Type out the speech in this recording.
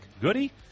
Goody